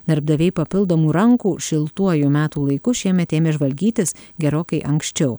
darbdaviai papildomų rankų šiltuoju metų laiku šiemet ėmė žvalgytis gerokai anksčiau